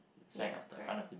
ya correct